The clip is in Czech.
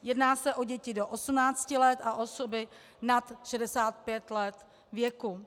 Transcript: Jedná se o děti do 18 let a osoby nad 65 let věku.